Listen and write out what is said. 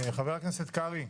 חבר הכנסת קרעי,